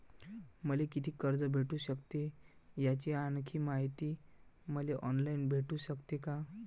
मले कितीक कर्ज भेटू सकते, याची आणखीन मायती मले ऑनलाईन भेटू सकते का?